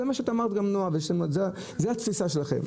זה מה שאמרת, נעה, וזאת התפיסה שלכם.